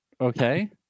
okay